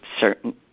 certain